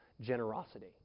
generosity